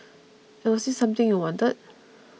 and was this something you wanted